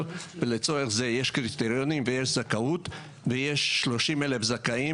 ולצורך זה יש קריטריונים ויש זכאות ויש 30,000 זכאים,